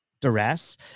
duress